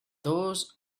those